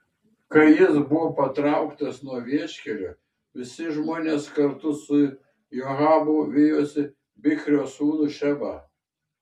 kai jis buvo patrauktas nuo vieškelio visi žmonės kartu su joabu vijosi bichrio sūnų šebą